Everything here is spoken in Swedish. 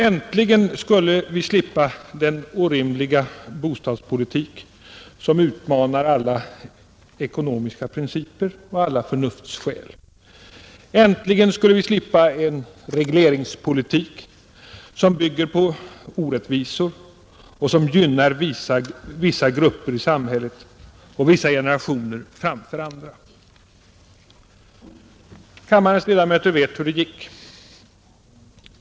Äntligen skulle vi slippa den orimliga bostadspolitik som utmanar alla ekonomiska principer och alla förnuftsskäl. Äntligen skulle vi slippa en regleringspolitik, som bygger på orättvisor och gynnar vissa grupper i samhället och vissa generationer framför andra. Men kammarens ledamöter vet hur det gick.